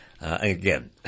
Again